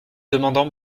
demandant